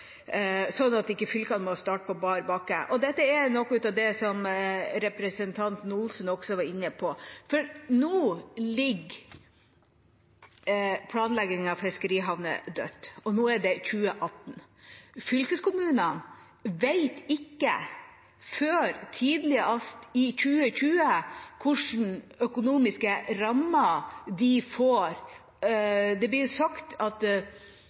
sånn at ikke fylkene må starte på bar bakke. Dette er noe av det representanten Olsen også var inne på – for nå ligger planleggingen av fiskerihavner død. Nå er det 2018, og fylkeskommunene vet ikke før tidligst i 2020 hvilke økonomiske rammer de får. Det blir sagt at